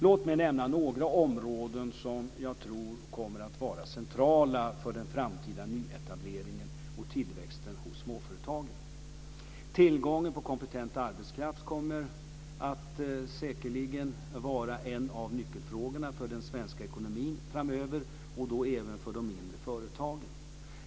Låt mig nämna några områden som jag tror kommer att vara centrala för den framtida nyetableringen och tillväxten hos småföretag. Tillgången på kompetent arbetskraft kommer säkerligen att vara en av nyckelfrågorna för den svenska ekonomin framöver, och då även för de mindre företagen.